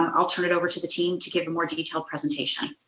um i'll turn it over to the team to give a more detailed presentation.